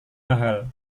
mahal